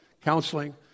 counseling